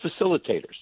facilitators